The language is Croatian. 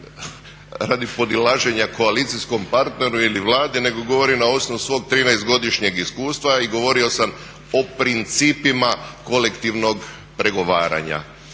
radi podilaženja koalicijskom partneru ili Vladi, nego govorim na osnovu svog 13-godišnjeg iskustva i govorio sam o principima kolektivnog pregovaranja.